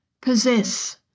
possess